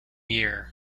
year